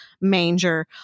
manger